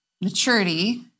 maturity